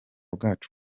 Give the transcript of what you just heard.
bwacu